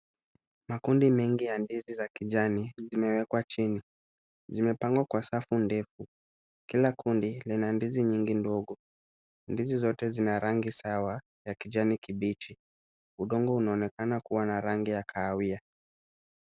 Makundi mengi ya ndizi za kijani zimewekwa chini. Zimepangwa kwa safu ndefu. Kila kundi lina ndizi nyingi ndogo. Ndizi zote zina rangi sawa ya kijani kibichi. Udongo unaonekana kuwa na rangi ya kahawia.